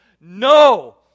no